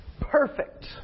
perfect